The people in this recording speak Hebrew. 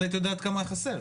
אז היית יודעת כמה חסר.